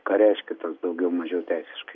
ką reiškia tas daugiau mažiau teisiškai